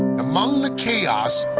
among the chaos,